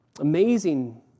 Amazing